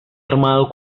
armado